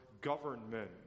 government